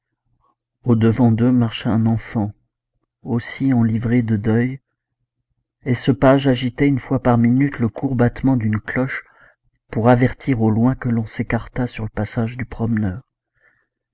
au-devant d'eux marchait un enfant aussi en livrée de deuil et ce page agitait une fois par minute le court battement d'une cloche pour avertir au loin que l'on s'écartât sur le passage du promeneur